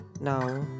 Now